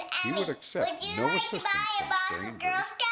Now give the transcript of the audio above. he would accept no assistance from strangers,